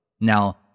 Now